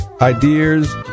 ideas